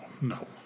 no